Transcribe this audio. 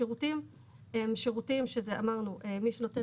השירותים הם שירותים שאמרנו: מי שנותן